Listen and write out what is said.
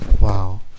Wow